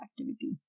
activity